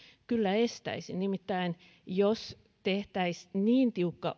kyllä estäisi nimittäin jos tehtäisiin niin tiukka